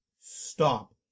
stop